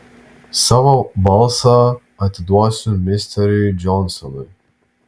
savo balsą atiduosiu misteriui džonsonui